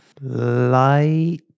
Light